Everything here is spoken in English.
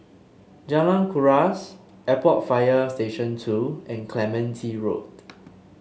Jalan Kuras Airport Fire Station Two and Clementi Road